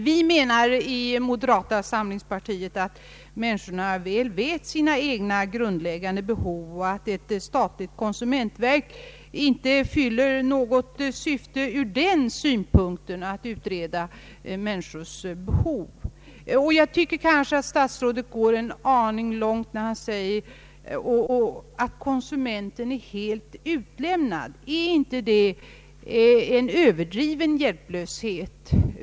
Vi i moderata samlingspartiet anser att människorna väl vet sina egna grundläggande behov och att ett statligt konsumentverk inte fyller något syfte från denna synpunkt. Jag tycker att statsrådet går en aning för långt när han säger att konsumenten är helt utlämnad. Är inte detta en överdriven hjälplöshet?